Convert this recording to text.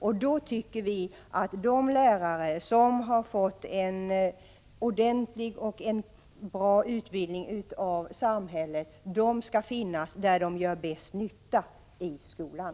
Vi anser att de lärare som har fått en bra och ordentlig utbildning av samhället skall finnas där de gör bäst nytta, dvs. i skolan.